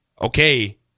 okay